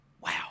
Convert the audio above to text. Wow